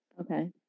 Okay